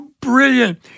brilliant